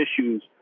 issues